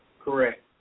Correct